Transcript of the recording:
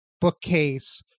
bookcase